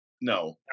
No